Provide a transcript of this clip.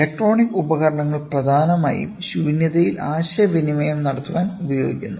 electronic ഉപകരണങ്ങൾ പ്രധാനമായും ശൂന്യതയിൽ ആശയവിനിമയം നടത്താൻ ശ്രമിക്കുന്നു